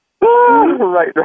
Right